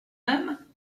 même